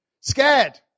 Scared